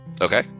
Okay